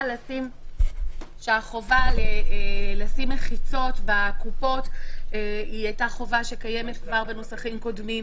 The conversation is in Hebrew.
שהחובה לשים מחיצות בקופות היתה קיימת כבר בנוסחים קודמים.